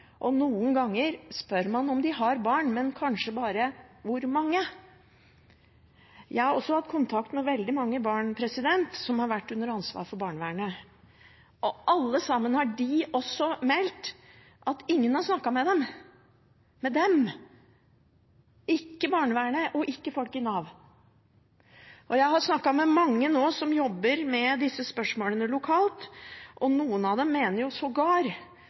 og noen ganger spør man om det, men kanskje bare om hvor mange. Jeg har også hatt kontakt med veldig mange barn som har vært under ansvar av barnevernet, og alle sammen har meldt at ingen har snakket med dem – med dem – ikke barnevernet og ikke folk i Nav. Jeg har også snakket med mange som jobber med disse spørsmålene lokalt, og noen av dem mener sågar